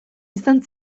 izan